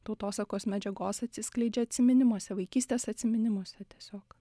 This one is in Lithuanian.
tautosakos medžiagos atsiskleidžia atsiminimuose vaikystės atsiminimuose tiesiog